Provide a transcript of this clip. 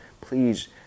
Please